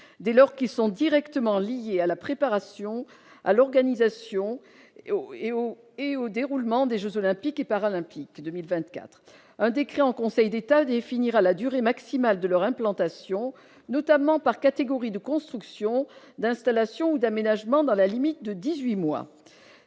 dès lors qu'ils sont directement liés à la préparation à l'organisation et où, et au déroulement des Jeux olympiques et paralympiques 2024 un décret en Conseil d'État définira la durée maximale de leur implantation, notamment par catégorie de construction d'installation ou d'aménagement dans la limite de 18 mois